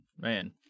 man